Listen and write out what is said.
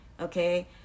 okay